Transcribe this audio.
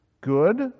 good